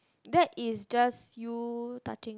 that is just you touching